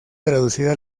traducida